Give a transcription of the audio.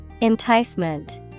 Enticement